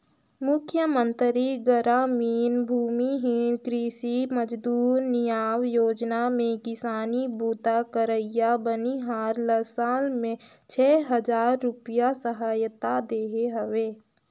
मुख्यमंतरी गरामीन भूमिहीन कृषि मजदूर नियाव योजना में किसानी बूता करइया बनिहार ल साल में छै हजार रूपिया सहायता देहे हवे